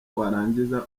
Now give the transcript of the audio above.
warangiza